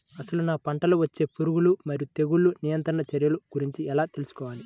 అసలు నా పంటలో వచ్చే పురుగులు మరియు తెగులుల నియంత్రణ చర్యల గురించి ఎలా తెలుసుకోవాలి?